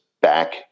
back